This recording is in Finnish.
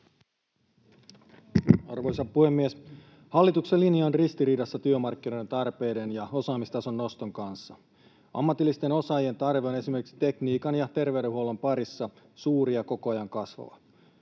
Arvoisa puhemies! Hallituksen linja on ristiriidassa työmarkkinoiden tarpeiden ja osaamistason noston kanssa. Ammatillisten osaajien tarve on esimerkiksi tekniikan ja terveydenhuollon parissa suuri ja koko ajan kasvava.